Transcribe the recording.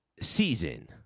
season